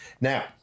Now